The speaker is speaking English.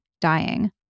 dying